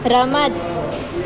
રમત